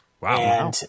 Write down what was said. Wow